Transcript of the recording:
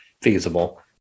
feasible